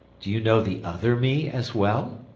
do you know the other me as well?